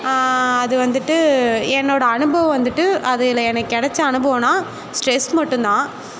அது வந்துட்டு என்னோடய அனுபவம் வந்துட்டு அதில் எனக்கு கிடைச்ச அனுபவம்னா ஸ்ட்ரெஸ் மட்டும்தான்